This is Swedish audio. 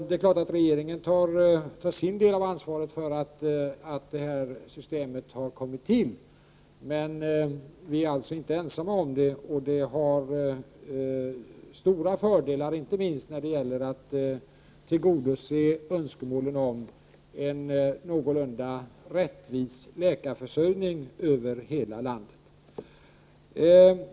Det är klart att regeringen tar sin del av ansvaret för att det här systemet har kommit till, men vi är alltså inte ensamma. Systemet har stora fördelar, inte minst när det gäller att tillgodose önskemålen om en någorlunda rättvis läkarförsörjning över hela landet.